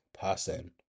person